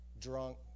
drunk